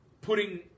putting